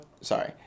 sorry